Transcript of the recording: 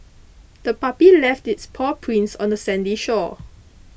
the puppy left its paw prints on the sandy shore